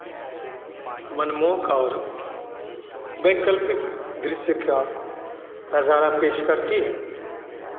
मनमोहक और वैकल्पिक दृश्य का नज़ारा पेश करती है